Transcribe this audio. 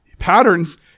patterns